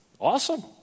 Awesome